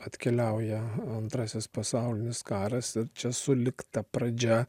atkeliauja antrasis pasaulinis karas ir čia sulig ta pradžia